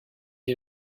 est